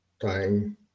time